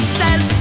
says